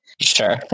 Sure